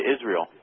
Israel